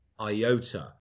iota